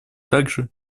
также